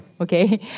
okay